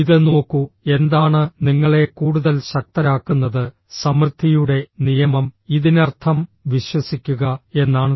ഇത് നോക്കൂ എന്താണ് നിങ്ങളെ കൂടുതൽ ശക്തരാക്കുന്നത് സമൃദ്ധിയുടെ നിയമം ഇതിനർത്ഥം വിശ്വസിക്കുക എന്നാണ്